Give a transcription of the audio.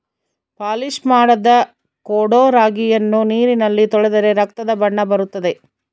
polish ಮಾಡದ ಕೊಡೊ ರಾಗಿಯನ್ನು ನೀರಿನಲ್ಲಿ ತೊಳೆದರೆ ರಕ್ತದ ಬಣ್ಣ ಬರುತ್ತದೆ